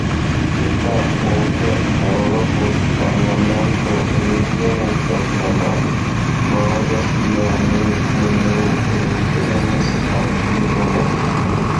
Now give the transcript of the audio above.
kita opi europos parlamento rinkimų problema mažas jaunų žmonių rinkiminis aktyvumas